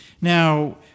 Now